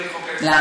למה?